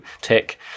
tick